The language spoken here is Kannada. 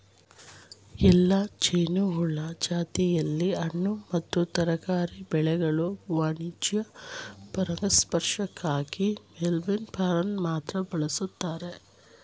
ಎಲ್ಲಾ ಜೇನುಹುಳು ಜಾತಿಲಿ ಹಣ್ಣು ಮತ್ತು ತರಕಾರಿ ಬೆಳೆಗಳ ವಾಣಿಜ್ಯ ಪರಾಗಸ್ಪರ್ಶಕ್ಕಾಗಿ ಮೆಲ್ಲಿಫೆರಾನ ಮಾತ್ರ ಬಳಸಲಾಗ್ತದೆ